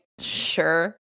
Sure